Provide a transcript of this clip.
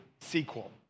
sequel